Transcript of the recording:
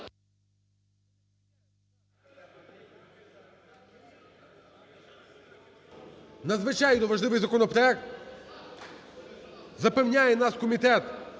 Надзвичайно важливий законопроект. Запевняє нас комітет